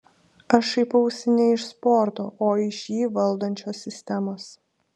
aš šaipausi ne iš sporto o iš jį valdančios sistemos